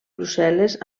brussel·les